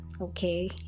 okay